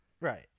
right